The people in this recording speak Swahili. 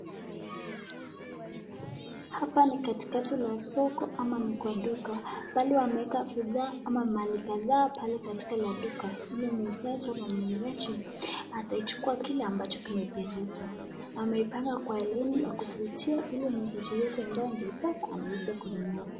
Hapa ni katikati la soko ama ni kwa duka, mahali wameeka bidhaa ama mali kadhaa pale upande la duka ili muuzaji au mnunuaji ataichukua kile ambacho kimependezwa . Ameipanga kwa laini ya kuvutia ili muuzaji yeyote ambaye angeitaka anaeza kununua .